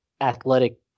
athletic